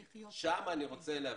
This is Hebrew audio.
את הנקודה הזו אני רוצה להבין.